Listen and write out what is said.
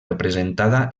representada